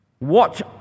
watch